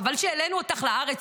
חבל שהעלינו אותך לארץ,